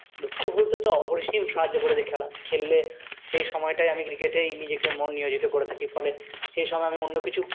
দুঃখ ভুলতে তো অপরিসীম সাহায্য করেছে খেলা খেললে সেই সময়টায় আমি ক্রিকেটেই নিজেকে মন নিয়োজিত করে থাকি ফলে সেইসময় আমি অন্যকিছু